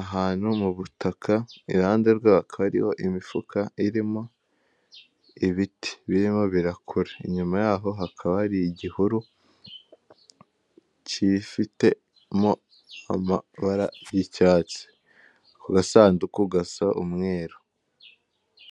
ahantu mu butaka, iruhande rwako hariho imifuka irimo ibiti birimo birakura. Inyuma yaho hakaba hari igihuru gifitemo amabara y'icyatsi. Ako gasanduku gasa umweru.